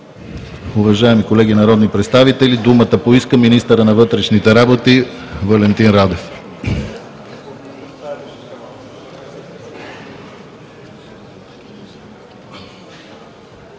Уважаеми колеги народни представители, думата поиска министърът на вътрешните работи Валентин Радев.